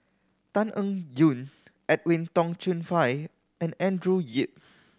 Tan Eng Yoon Edwin Tong Chun Fai and Andrew Yip